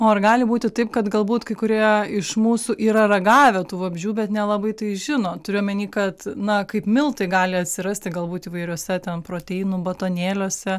o ar gali būti taip kad galbūt kai kurie iš mūsų yra ragavę tų vabzdžių bet nelabai tai žino turiu omeny kad na kaip miltai gali atsirasti galbūt įvairiuose ten proteinų batonėliuose